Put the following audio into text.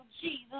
Jesus